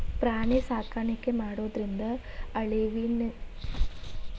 ಪ್ರಾಣಿ ಸಾಕಾಣಿಕೆ ಮಾಡೋದ್ರಿಂದ ಅಳಿವಿನಂಚಿನ್ಯಾಗ ಇರೋ ಪ್ರಾಣಿಗಳನ್ನ ಉಳ್ಸ್ಬೋದು ಅಂತ ತಜ್ಞರ ಹೇಳ್ತಾರ